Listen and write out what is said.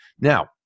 Now